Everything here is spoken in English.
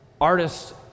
artist's